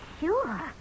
sure